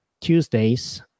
tuesdays